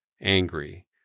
angry